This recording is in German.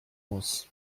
muss